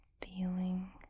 feeling